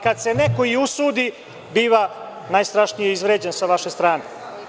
Kada se neko i usudi, biva najstrašnije izvređan sa vaše strane.